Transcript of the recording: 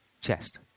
chest